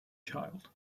child